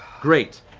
great.